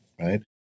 Right